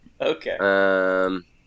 Okay